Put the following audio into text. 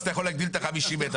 אז אתה יכול להגדיל את ה-50 מטר.